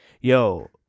Yo